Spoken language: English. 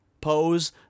pose